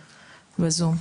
בזום.